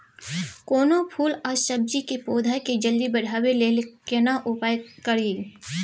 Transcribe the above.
कोनो फूल आ सब्जी के पौधा के जल्दी बढ़ाबै लेल केना उपाय खरी?